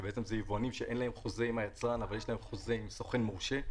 שאלה יבואנים שאין להם חוזה עם היצרן אבל יש להם חוזה עם סוכן מורשה.